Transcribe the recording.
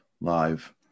live